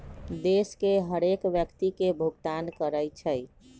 देश के हरेक व्यक्ति के भुगतान करइ छइ